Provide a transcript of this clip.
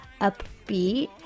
upbeat